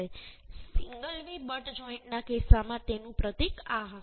single V butt જોઈન્ટના કિસ્સામાં તેનું પ્રતીક આ હશે